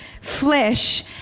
flesh